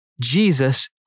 Jesus